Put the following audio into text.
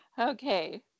okay